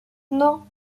non